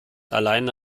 alleine